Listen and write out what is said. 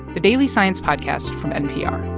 the daily science podcast from npr